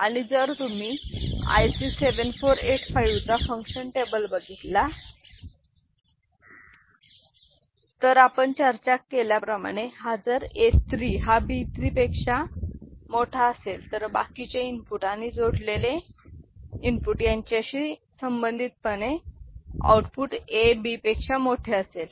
आणि जर तुम्ही IC 7485 चा फंक्शन टेबल बघितला तर आपण चर्चा केल्याप्रमाणे हा जर A3 हा B3 पेक्षा मोठा असेल तर बाकीचे इनपुट आणि जोडलेले इनपुट याच्याशी संबंधित पणे आउटपुट A B पेक्षा मोठे असेल